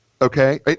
okay